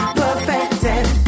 perfected